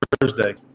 Thursday